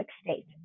state